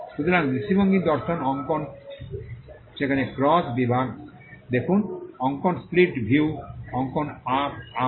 সুতরাং দৃষ্টিভঙ্গি দর্শন অঙ্কন সেখানে ক্রস বিভাগ দেখুন অঙ্কন স্প্লিট ভিউ অঙ্কন আপ আপ